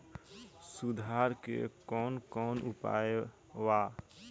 सुधार के कौन कौन उपाय वा?